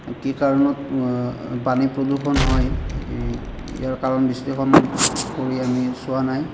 কি কাৰণত পানী প্ৰদূষণ হয় ইয়াৰ কাৰণ বিশ্লেষণ কৰি আমি চোৱা নাই